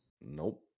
Nope